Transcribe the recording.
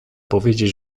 powiedzieć